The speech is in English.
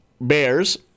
Bears